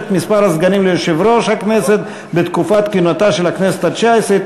(מספר הסגנים ליושב-ראש הכנסת בתקופת כהונתה של הכנסת התשע-עשרה),